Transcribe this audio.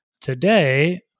today